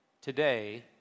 today